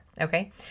okay